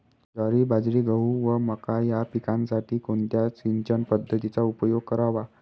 ज्वारी, बाजरी, गहू व मका या पिकांसाठी कोणत्या सिंचन पद्धतीचा उपयोग करावा?